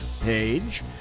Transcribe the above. page